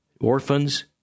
orphans